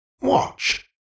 Watch